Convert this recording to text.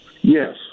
yes